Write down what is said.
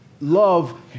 love